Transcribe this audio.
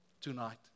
tonight